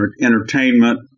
entertainment